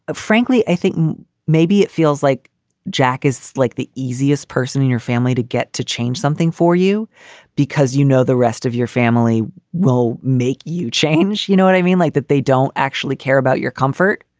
frankly, i think maybe it feels like jack is like the easiest person in your family to get to change something for you because, you know, the rest of your family will make you change. you know what i mean? like that they don't actually care about your comfort.